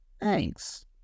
thanks